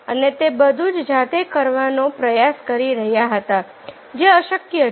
અને તે બધું જ જાતે કરવા નો પ્રયાસ કરી રહ્યો હતો જે અશક્ય છે